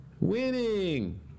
Winning